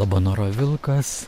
labanoro vilkas